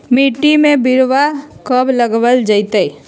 मिट्टी में बिरवा कब लगवल जयतई?